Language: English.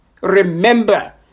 Remember